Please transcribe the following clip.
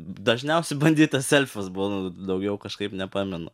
dažniausiai banditas elfas buvau daugiau kažkaip nepamenu